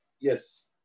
yes